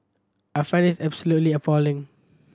I find this absolutely appalling